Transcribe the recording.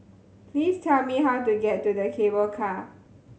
please tell me how to get to the Cable Car